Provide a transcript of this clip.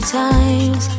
times